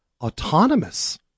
autonomous